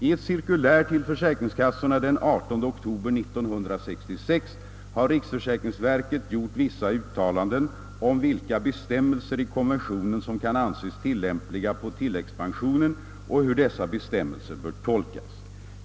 I ett cirkulär till försäkringskassorna den 18 oktober 1966 har riksförsäkringsverket gjort vissa uttalanden om vilka bestämmelser i konventionen som kan anses tillämpliga på tilläggspensionen och hur dessa bestämmelser bör tolkas.